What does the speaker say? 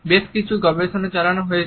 বেশ কিছু গবেষণা চালানো হয়েছে